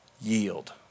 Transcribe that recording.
Yield